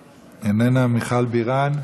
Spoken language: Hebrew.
איננה, מיכל בירן,